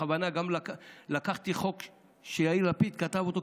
בכוונה גם לקחתי חוק שיאיר לפיד כתב אותו,